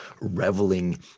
reveling